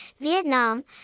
Vietnam